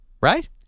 Right